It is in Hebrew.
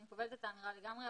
אני מקבלת האמירה לגמרי,